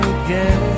again